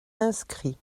inscrit